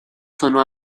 sonó